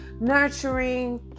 nurturing